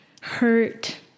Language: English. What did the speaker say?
hurt